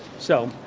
so.